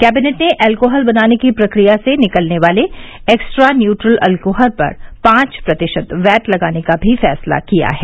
cabinet ने alcohol बनाने की प्रक्रिया से निकलने वाले एक्स्ट्रा न्यूटल अल्कोहल पर पांच प्रतिशत वैट लगाने का भी फैसला किया है